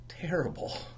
Terrible